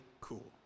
cool